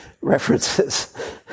references